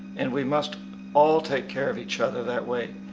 and we must all take care of each other that way.